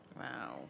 Wow